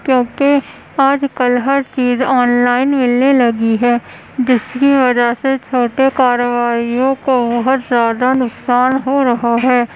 کیونکہ آج کل ہر چیز آن لائن ملنے لگی ہے جس کی وجہ سے چھوٹے کاروباریوں کو بہت زیادہ نقصان ہو رہا ہے